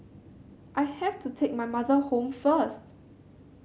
I have to take my mother home first